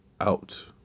out